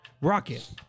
Rocket